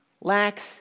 lacks